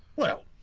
well.